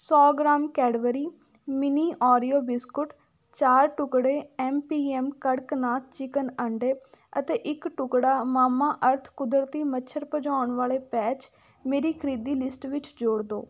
ਸੌ gram Cadbury mini Oreo biscuit ਚਾਰ ਟੁਕੜੇ M P M Kadaknath chicken ਅੰਡੇ ਅਤੇ ਇੱਕ ਟੁਕੜਾ ਮਾਮਾਅਰਥ ਕੁਦਰਤੀ ਮੱਛਰ ਭਜਾਉਣ ਵਾਲੇ ਪੈਚ ਮੇਰੀ ਖਰੀਦੀ ਲਿਸਟ ਵਿੱਚ ਜੋੜ ਦਿਓ